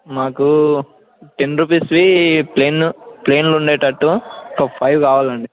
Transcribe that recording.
మాకు టెన్ రుపీస్వి ప్లెయిన్ ప్లెయిన్లో ఉండేటట్టు ఒక ఫైవ్ కావాలండీ